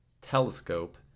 telescope